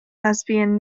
lesbian